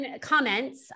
comments